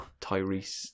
Tyrese